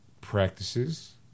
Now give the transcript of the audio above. practices